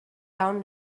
down